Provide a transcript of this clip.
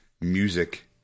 music